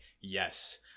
yes